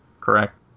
correct